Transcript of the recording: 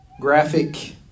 graphic